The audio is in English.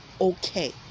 Okay